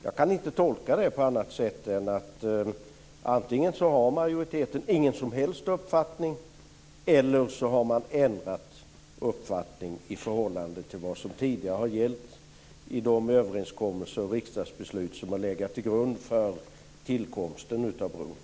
Jag kan inte tolka det på annat sätt än att majoriteten antingen inte har någon som helst uppfattning eller också har man ändrat uppfattning i förhållande till vad som tidigare har gällt i de överenskommelser och riksdagsbeslut som har legat till grund för tillkomsten av bron.